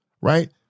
right